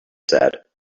said